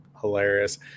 hilarious